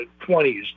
20s